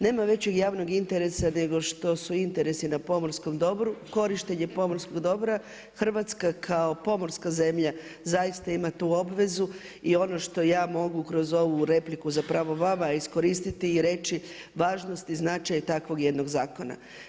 Nema većeg javnog interesa, nego što su interesi na pomorskom dobru, korištenje pomorskog dobra, Hrvatska kao pomorska zemlja, zaista ima tu obvezu i ono što ja mogu kroz ovu repliku zapravo vama iskoristiti i reći važnost i značaj takvog jednog zakona.